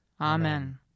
Amen